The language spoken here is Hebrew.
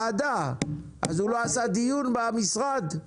אז הוא לא ערך דיון במשרד?